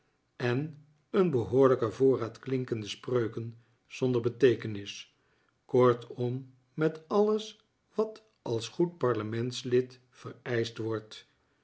en een behoorlijken voorraad klinkende spreuken zonder beteekenis kortom met alles wat als goed parlementslid vereischt wordt